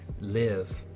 live